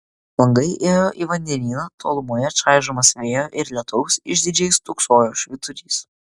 langai ėjo į vandenyną tolumoje čaižomas vėjo ir lietaus išdidžiai stūksojo švyturys